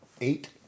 eight